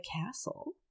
castle